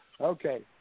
Okay